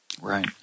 Right